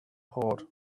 port